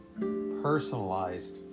personalized